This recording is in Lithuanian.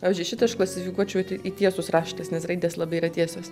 pavyzdžiui šitą aš klasifikuočiau į t į tiesus raštas nes raidės labai yra tiesios